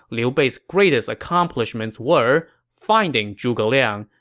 liu bei's greatest accomplishments were finding zhuge liang,